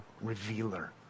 revealer